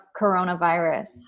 coronavirus